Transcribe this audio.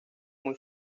muy